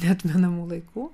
neatmenamų laikų